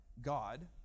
God